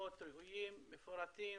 דוחות ראויים, מפורטים,